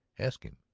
ask him.